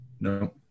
No